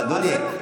אבל אדוני,